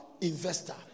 investor